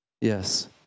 yes